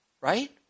right